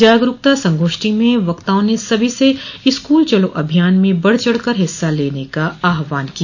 जागरूकता संगोष्ठी में वक्ताओं ने सभी से स्कूल चलो अभिायान में बढ़ चढ़ कर हिस्सा लेने का आह्वान किया